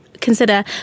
consider